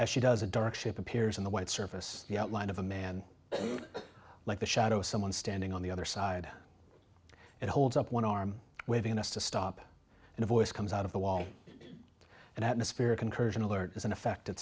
as she does a dark ship appears in the white surface the outline of a man like a shadow someone standing on the other side it holds up one arm waving at us to stop and a voice comes out of the wall and atmosphere a concurrent alert is in effect